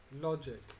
Logic